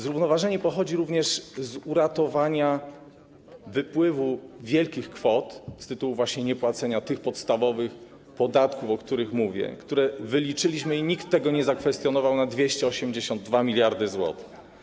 Zrównoważenie pochodzi również z powstrzymania wypływu wielkich kwot z tytułu właśnie niepłacenia tych podstawowych podatków, o których mówię, które wyliczyliśmy - i nikt tego nie zakwestionował - na 282 mld zł.